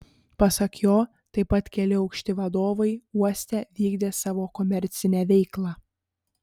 pasak jo taip pat keli aukšti vadovai uoste vykdė savo komercinę veiklą